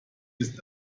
ist